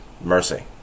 mercy